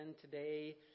today